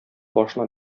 башына